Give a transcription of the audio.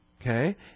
Okay